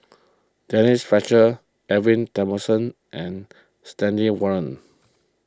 Denise Fletcher Edwin and Stanley Warren